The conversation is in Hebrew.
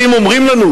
ואם אומרים לנו: